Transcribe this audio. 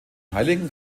heiligen